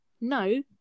no